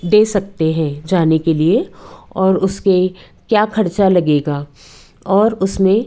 दे सकते हैं जाने के लिए और उसके क्या खर्चा लगेगा और उसमें